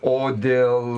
o dėl